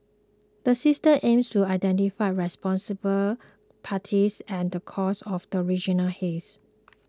the system aims to identify responsible parties and the causes of regional haze